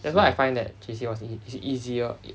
that's why I find that J_C wa~ is easier